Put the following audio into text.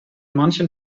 manchen